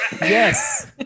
Yes